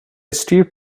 steep